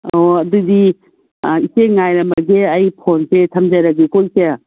ꯑꯣ ꯑꯗꯨꯗꯤ ꯏꯆꯦ ꯉꯥꯏꯔꯝꯃꯒꯦ ꯑꯩ ꯐꯣꯟꯁꯦ ꯊꯝꯖꯔꯒꯦꯀꯣ ꯏꯆꯦ